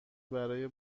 برای